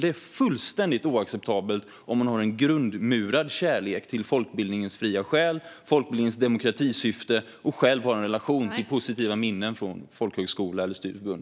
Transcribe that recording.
Detta är fullständigt oacceptabelt om man har en grundmurad kärlek till folkbildningens fria själ och folkbildningens demokratisyfte och själv har en relation till och positiva minnen av folkhögskola eller studieförbund.